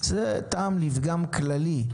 זה טעם לפגם כללי.